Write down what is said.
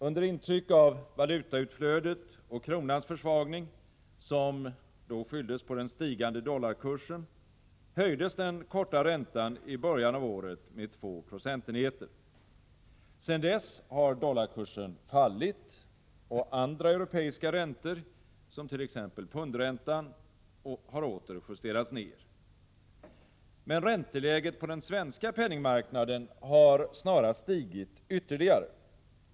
Under intryck av valutautflödet och kronans försvagning — man skyllde på den stigande dollarkursen — höjdes den korta räntan i början av året med två procentenheter. Sedan dess har dollarkursen fallit och andra europeiska räntor, t.ex. pundräntan, har åter justerats ned. Men räntenivån på den svenska penningmarknaden har snarast stigit ytterligare.